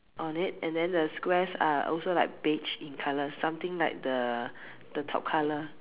on it and then the squares are also like beige in colour something like the the top colour